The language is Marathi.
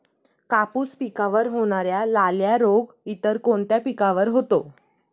कापूस पिकावर होणारा लाल्या रोग इतर कोणत्या पिकावर होतो?